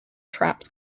traps